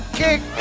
kick